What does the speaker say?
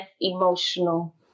emotional